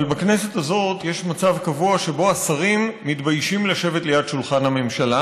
אבל בכנסת הזאת יש מצב קבוע שבו השרים מתביישים לשבת ליד שולחן הממשלה,